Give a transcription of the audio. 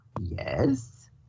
Yes